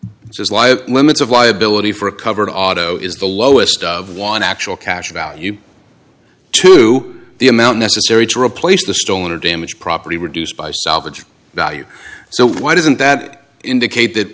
just why limits of liability for a covered auto is the lowest of one actual cash value to the amount necessary to replace the stolen or damaged property reduced by salvage value so why doesn't that indicate th